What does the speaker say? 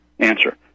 Answer